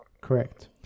Correct